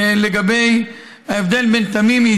לגבי ההבדל בין תמימי,